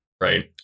right